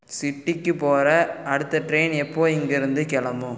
சிட்டிக்கு போகிற அடுத்த ட்ரெயின் எப்போது இங்கிருந்து கிளம்பும்